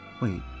Wait